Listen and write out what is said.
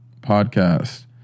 podcast